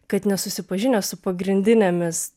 kad nesusipažinęs su pagrindinėmis